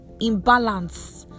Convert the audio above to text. imbalance